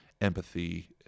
empathy